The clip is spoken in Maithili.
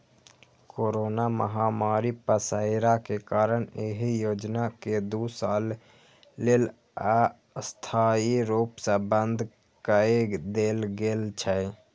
कोरोना महामारी पसरै के कारण एहि योजना कें दू साल लेल अस्थायी रूप सं बंद कए देल गेल छै